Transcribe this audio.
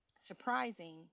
surprising